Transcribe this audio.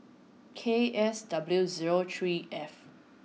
K S W zero three F